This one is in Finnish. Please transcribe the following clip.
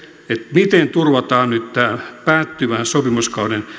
miten turvataan nyt tämän päättyvän sopimuskauden